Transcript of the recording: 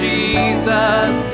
Jesus